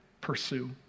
pursue